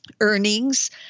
Earnings